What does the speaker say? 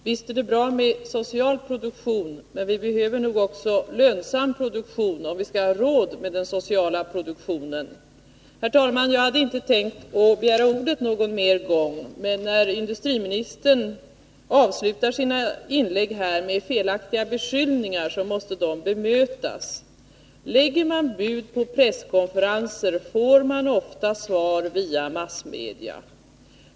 Herr talman! Visst är det bra med en social produktion, men vi behöver nog också lönsam produktion, om vi skall ha råd med den sociala produktionen. Herr talman! Jag hade inte tänkt att begära ordet mer, men eftersom industriministern avslutade sina inlägg med felaktiga beskyllningar, måste jag bemöta dessa. Lägger man bud på presskonferenser, får man ofta svar via massmedia.